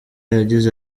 yagize